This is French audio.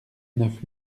neuf